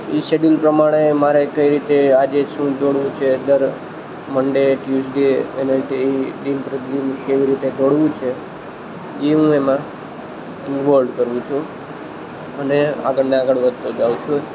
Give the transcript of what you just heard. એ schedule પ્રમાણે મારે કઈ રીતે આજે શું દોડવું છે દર મન્ડે ટયૂઝડે વેનસડે એ દિન પ્રતિદિન કેવી રીતે દોડવું છે એ હું એમાં ઈન્વોલ્વડ કરું છું અને આગળ ને આગળ વધતો જાઉ છું